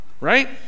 right